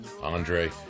Andre